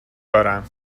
دارم